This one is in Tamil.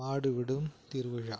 மாடு விடும் திருவிழா